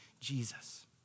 Jesus